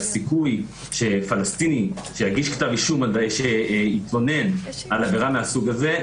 שהסיכוי שפלסטיני יתלונן על עבירה מהסוג הזה,